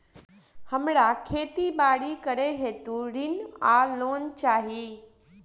हमरा खेती बाड़ी करै हेतु ऋण वा लोन चाहि?